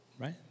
right